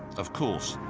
of course,